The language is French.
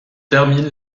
termine